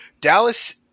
Dallas